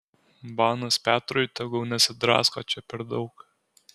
banas petrui tegul nesidrasko čia per daug